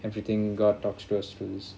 everything god talks to us through